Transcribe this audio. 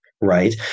right